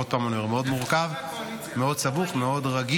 הוא מאוד מורכב, מאוד סבוך, מאוד רגיש.